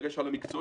בדגש על מקצועי,